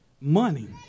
Money